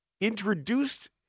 introduced